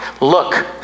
Look